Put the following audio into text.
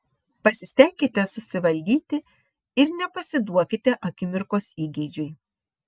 pasistenkite susivaldyti ir nepasiduokite akimirkos įgeidžiui